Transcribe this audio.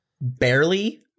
Barely